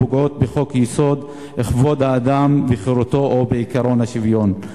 פוגעות בחוק-יסוד: כבוד האדם וחירותו או בעקרון השוויון.